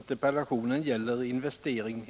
Herr talman!